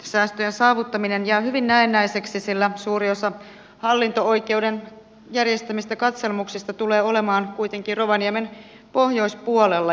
säästöjen saavuttaminen jää hyvin näennäiseksi sillä suuri osa hallinto oikeuden järjestämistä katselmuksista tulee olemaan kuitenkin rovaniemen pohjoispuolella